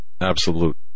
absolute